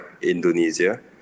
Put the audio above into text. Indonesia